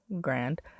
grand